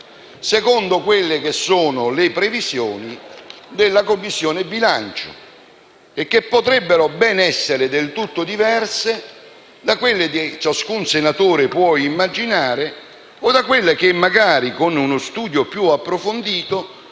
secondo le previsioni della Commissione bilancio, che potrebbero ben essere del tutto diverse da quelle che ciascun senatore può immaginare o da quelle che magari, con uno studio più approfondito,